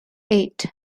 eight